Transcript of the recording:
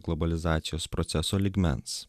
globalizacijos proceso lygmens